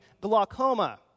glaucoma